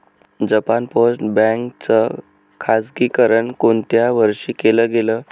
Japan post bank च खाजगीकरण कोणत्या वर्षी केलं गेलं?